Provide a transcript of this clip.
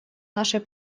нашей